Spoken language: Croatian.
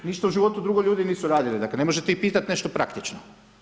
Ništa u životu drugo ljudi nisu radili, dakle, ne možete ih pitati nešto praktično.